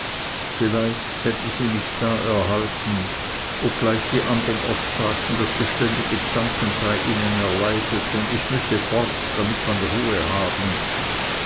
vielleicht hätte sie mich da erhalten obgleich die andern oft sagten das beständige zanken sei ihnen erleidet und ich müsse fort damit man ruhe habe